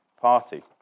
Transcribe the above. party